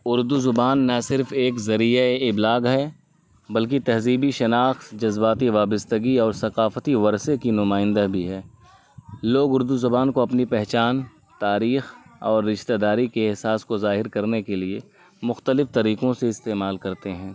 اردو زبان نہ صرف ایک ذریعۂ ابلاغ ہے بلکہ تہذیبی شناخت جذباتی وابستگی اور ثقافتی ورثے کی نمائندہ بھی ہے لوگ اردو زبان کو اپنی پہچان تاریخ اور رشتہ داری کے احساس کو ظاہر کرنے کے لیے مختلف طریقوں سے استعمال کرتے ہیں